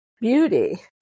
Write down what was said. beauty